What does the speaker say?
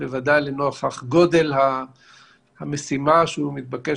בוודאי לנוכח גודל המשימה שהוא מתבקש